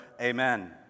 Amen